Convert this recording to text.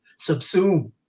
subsume